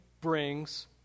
brings